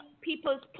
people's